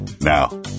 Now